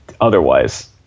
otherwise